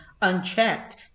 unchecked